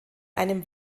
einem